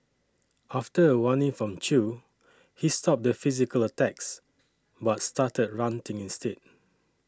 after a warning from Chew he stopped the physical attacks but started ranting instead